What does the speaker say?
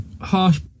Harsh